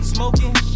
Smoking